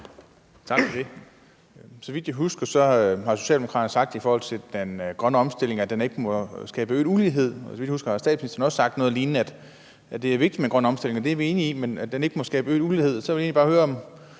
Tak for det. Så vidt jeg husker, har Socialdemokraterne sagt i forhold til den grønne omstilling, at den ikke må skabe øget ulighed, og så vidt jeg husker, har statsministeren også sagt noget lignende, altså at det er vigtigt med en grøn omstilling – og det er vi enige i – men at den ikke må skabe øget ulighed. Så jeg vil egentlig bare høre, om